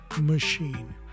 machine